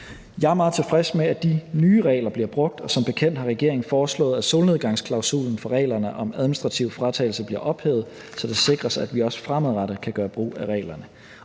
Jeg er meget tilfreds med, at de nye regler bliver brugt, og som bekendt har regeringen foreslået, at solnedgangsklausulen for reglerne om administrativ fratagelse bliver ophævet, så det sikres, at vi også fremadrettet kan gøre brug af reglerne.